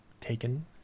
taken